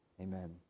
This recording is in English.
Amen